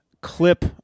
clip